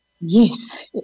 Yes